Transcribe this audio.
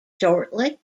shortly